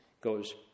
goes